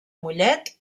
mollet